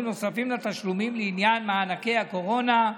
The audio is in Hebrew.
נוספים לתשלומים לעניין מענקי הקורונה,